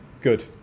good